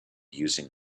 using